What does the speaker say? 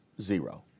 Zero